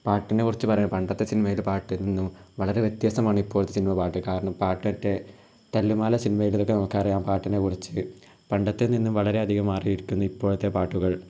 പാട്ടിനെ കുറിച്ച് പറയാൻ പണ്ടത്തെ സിൻമേൽ പാട്ടിൽ നിന്നും വളരെ വ്യത്യസ്തമാണ് ഇപ്പോഴത്തെ സിനിമാ പാട്ട് കാരണം പാട്ടൊട്ടെ തല്ലുമാല സിൻമേൽ ഇതൊക്കെ നോക്കിയാൽ അറിയാം പാട്ടിനെ കുറിച്ച് പണ്ടത്തേനിന്നും വളരെ അധികം മാറീരിക്കുന്നു ഇപ്പോഴത്തെ പാട്ടുകൾ